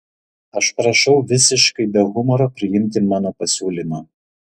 aš prašau visiškai be humoro priimti mano pasiūlymą